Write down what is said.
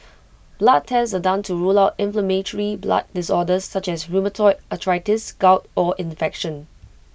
blood tests are done to rule out inflammatory blood disorders such as rheumatoid arthritis gout or infection